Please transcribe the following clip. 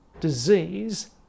disease